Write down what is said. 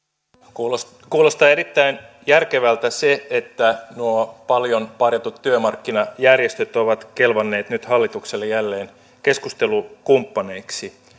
kuulostaa kuulostaa erittäin järkevältä se että nuo paljon parjatut työmarkkinajärjestöt ovat kelvanneet nyt hallitukselle jälleen keskustelukumppaneiksi